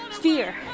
Fear